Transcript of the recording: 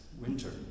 winter